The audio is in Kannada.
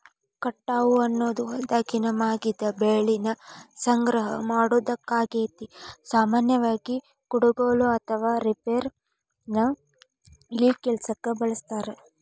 ಕಟಾವು ಅನ್ನೋದು ಹೊಲ್ದಾಗಿನ ಮಾಗಿದ ಬೆಳಿನ ಸಂಗ್ರಹ ಮಾಡೋದಾಗೇತಿ, ಸಾಮಾನ್ಯವಾಗಿ, ಕುಡಗೋಲು ಅಥವಾ ರೇಪರ್ ನ ಈ ಕೆಲ್ಸಕ್ಕ ಬಳಸ್ತಾರ